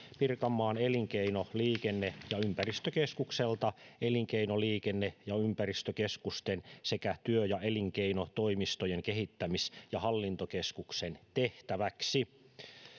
pirkanmaan elinkeino liikenne ja ympäristökeskukselta elinkeino liikenne ja ympäristökeskusten sekä työ ja elinkeinotoimistojen kehittämis ja hallintokeskuksen tehtäväksi